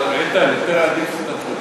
ההסתייגות השלישית של קבוצת סיעת חד"ש,